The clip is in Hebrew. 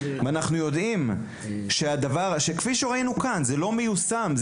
אנחנו יודעים, כפי שראינו כאן, שזה לא מיושם.